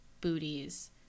booties